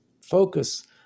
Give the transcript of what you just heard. focus